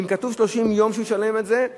ואם כתוב 30 יום שהוא ישלם את זה,